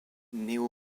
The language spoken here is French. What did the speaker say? néo